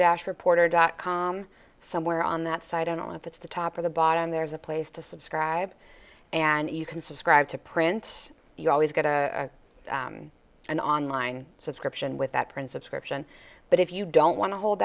dash reporter dot com somewhere on that side only if it's the top of the bottom there's a place to subscribe and you can subscribe to print you always get a an online subscription with that prince of scription but if you don't want to hold